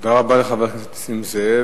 תודה רבה לחבר הכנסת נסים זאב.